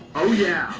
oh yeah.